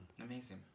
Amazing